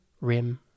Rim